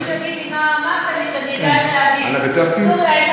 אז אני אשמח שמישהו יגיד לי מה אמרת לי,